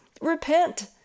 Repent